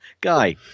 Guy